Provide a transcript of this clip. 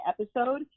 episode